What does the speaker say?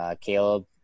Caleb